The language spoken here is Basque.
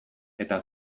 eta